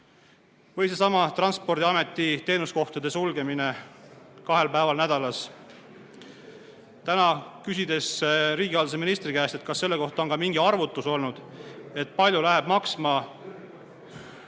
Või seesama Transpordiameti teenuskohtade sulgemine kahel päeval nädalas. Täna, küsides riigihalduse ministri käest, kas selle kohta on mingi arvutus olnud, palju läheb maksma ...